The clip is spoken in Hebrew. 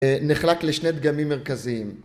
‫נחלק לשני דגמים מרכזיים.